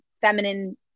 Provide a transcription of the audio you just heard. feminine